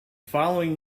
following